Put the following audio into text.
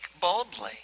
boldly